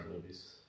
movies